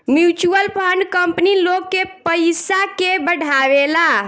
mutual fund company लोग के पयिसा के बढ़ावेला